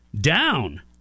down